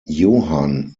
johann